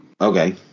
okay